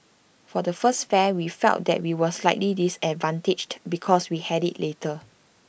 for the first fair we felt that we were slightly disadvantaged because we had IT later